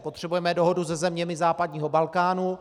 Potřebujeme dohodu se zeměmi západního Balkánu.